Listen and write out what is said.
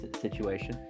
situation